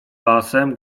basem